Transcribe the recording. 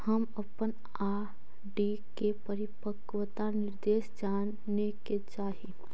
हम अपन आर.डी के परिपक्वता निर्देश जाने के चाह ही